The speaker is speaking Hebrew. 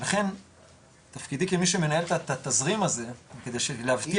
לכן תפקידי כמי שמנהל את התזרים הזה כדי להבטיח